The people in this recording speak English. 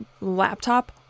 laptop